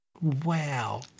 Wow